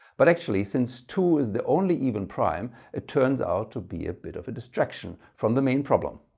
but, actually, since two is the only even prime it turns out to be a bit of a distraction from the main problem.